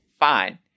fine